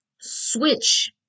switch